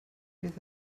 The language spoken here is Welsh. beth